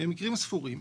במקרים ספורים.